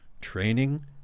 training